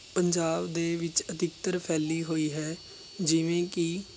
ਪੰਜਾਬ ਦੇ ਵਿੱਚ ਅਧਿਕਤਰ ਫੈਲੀ ਹੋਈ ਹੈ ਜਿਵੇਂ ਕਿ